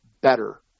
better